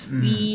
mm